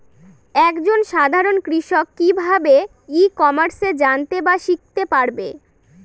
এক জন সাধারন কৃষক কি ভাবে ই কমার্সে জানতে বা শিক্ষতে পারে?